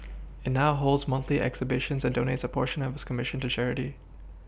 it now holds monthly exhibitions and donates a portion of its commission to charity